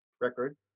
record